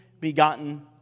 begotten